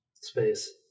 space